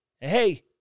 Hey